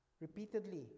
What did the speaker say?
repeatedly